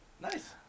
Nice